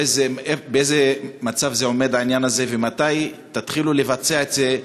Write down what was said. באיזה מצב עומד העניין הזה ומתי תתחילו לבצע את זה,